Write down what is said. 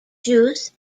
juice